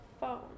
Phone